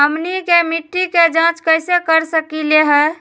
हमनी के मिट्टी के जाँच कैसे कर सकीले है?